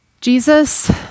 Jesus